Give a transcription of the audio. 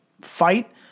fight